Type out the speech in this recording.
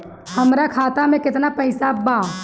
हमरा खाता में केतना पइसा बा?